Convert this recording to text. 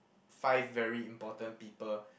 five very important people